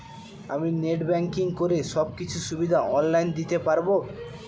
আমি net banking করে সব কিছু সুবিধা অন লাইন দিতে পারবো?